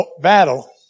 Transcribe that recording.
battle